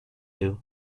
you